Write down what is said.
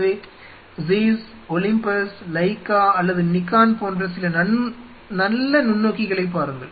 எனவே Zeiss Olympus Leica அல்லது Nikon போன்ற நல்ல நுண்ணோக்கிகளைப் பாருங்கள்